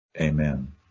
Amen